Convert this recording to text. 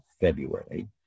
February